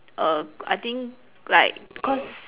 err I think like cause